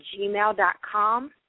gmail.com